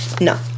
No